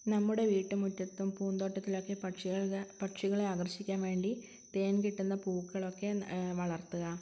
നമ്മുടെ വീട്ടുമുറ്റത്തും പൂന്തോട്ടത്തിലുമൊക്കെ പക്ഷികളെ ആകർഷിക്കാൻ വേണ്ടി തേൻ കിട്ടുന്ന പൂക്കളൊക്കെ വളർത്തുക